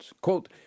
Quote